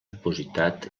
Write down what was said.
dipositat